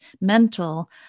mental